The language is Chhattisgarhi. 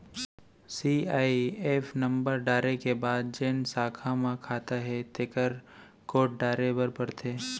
सीआईएफ नंबर डारे के बाद जेन साखा म खाता हे तेकर कोड डारे बर परथे